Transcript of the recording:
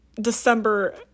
December